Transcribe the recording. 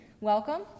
welcome